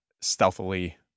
stealthily